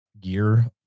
gear